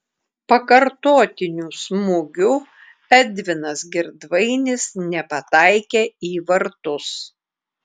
pakartotiniu smūgiu edvinas girdvainis nepataikė į vartus